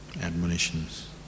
Admonitions